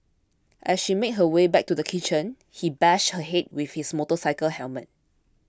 as she made her way back to the kitchen he bashed her head with his motorcycle helmet